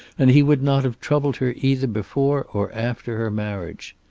and he would not have troubled her either before or after her marriage.